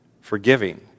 forgiving